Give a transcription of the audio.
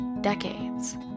decades